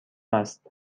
است